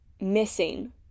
missing